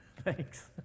thanks